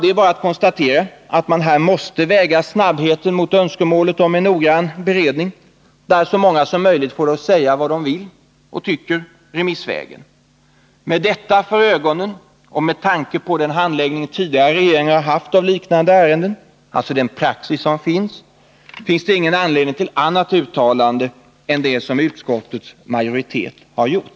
Det är bara att konstatera att man här måste väga snabbheten mot önskemålet om en noggrann beredning, där så många som möjligt remissvägen får säga vad de tycker. Med detta för ögonen, och med tanke på tidigare regeringars handläggning av liknande ärenden, dvs. gällande praxis, finns det ingen anledning till annat uttalande än det som utskottets majoritet har gjort.